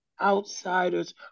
outsiders